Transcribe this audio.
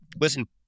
Listen